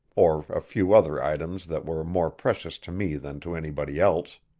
or a few other items that were more precious to me than to anybody else.